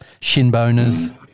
Shinboners